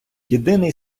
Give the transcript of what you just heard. єдиний